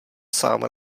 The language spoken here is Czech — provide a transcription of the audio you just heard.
sám